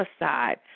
aside